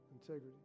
integrity